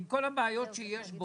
עם כל הבעיות שיש בו,